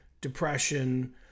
depression